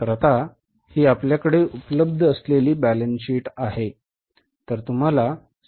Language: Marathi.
तर काय फरक आहे